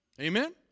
Amen